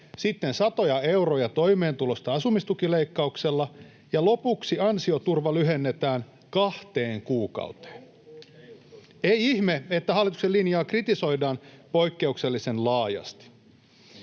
sitten satoja euroja toimeentulosta asumistukileikkauksella, ja lopuksi ansioturva lyhennetään kahteen kuukauteen. Ei ihme, että hallituksen linjaa kritisoidaan poikkeuksellisen laajasti.